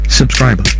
subscribe